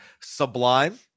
sublime